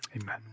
Amen